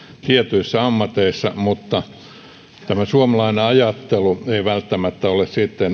tietyissä ammateissa mutta tämä suomalainen ajattelu ei välttämättä ole